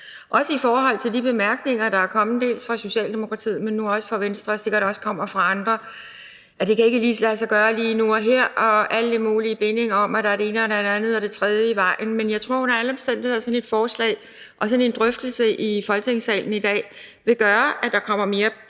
set i forhold til de bemærkninger, der er kommet fra Socialdemokratiet, men nu også fra Venstre, og som sikkert også kommer fra andre, om, at det ikke lige kan lade sig gøre lige nu og her og alle mulige ting om, at der er det ene og det andet og det tredje i vejen. Men jeg tror under alle omstændigheder, at sådan et forslag og sådan en drøftelse i Folketingssalen i dag vil gøre, at der kommer mere